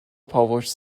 published